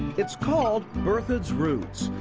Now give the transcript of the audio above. it's called berthoud's roots,